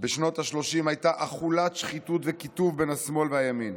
בשנות השלושים הייתה אכולת שחיתות וקיטוב בין השמאל לימין.